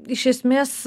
iš esmės